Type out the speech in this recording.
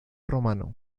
romano